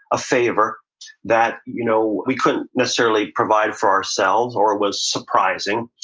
a favor that you know we couldn't necessarily provide for ourselves or was surprising,